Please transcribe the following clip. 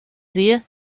sehe